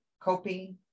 coping